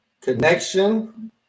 Connection